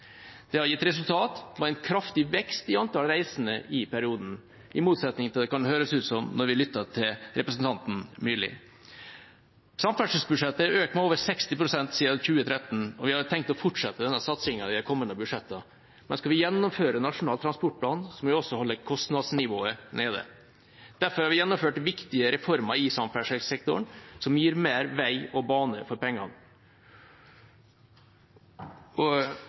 Det har gitt resultater i form av en kraftig vekst i antall reisende i perioden, i motsetning til hva det kan høres ut som når vi lytter til representanten Myrli. Samferdselsbudsjettet er økt med over 60 pst. siden 2013, og vi har tenkt å fortsette denne satsingen i de kommende budsjettene. Men skal vi gjennomføre Nasjonal transportplan, må vi også holde kostnadsnivået nede. Derfor har vi gjennomført viktige reformer i samferdselssektoren som gir mer vei og bane for pengene. Det må og